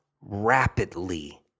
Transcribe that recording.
rapidly